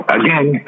again